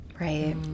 right